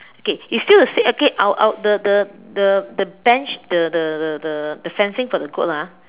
okay it's still the same okay I'll I'll the the the the bench the the the the the fencing for the goat lah